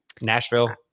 nashville